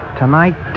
tonight